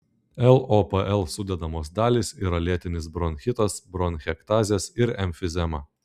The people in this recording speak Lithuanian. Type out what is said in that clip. lopl sudedamos dalys yra lėtinis bronchitas bronchektazės ir emfizema